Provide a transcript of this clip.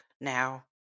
now